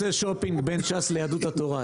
הוא עושה שופינג בין ש"ס ליהדות התורה.